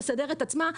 תסדר את עצמה,